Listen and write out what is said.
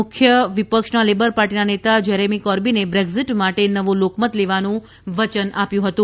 મુખ્ય મુખ્ય વિપક્ષના લેબર પાર્ટના નેતા જેરેમી કોર્બીને બ્રેકઝીટ માટે નવો લોકમત લેવાનું વચન આપ્યું હતું